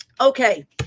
Okay